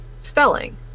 spelling